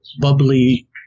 bubbly